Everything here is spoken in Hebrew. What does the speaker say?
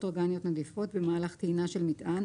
אורגניות נדיפות במהלך טעינה של מטען,